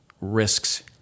risks